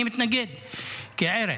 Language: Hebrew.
אני מתנגד כערך,